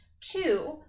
Two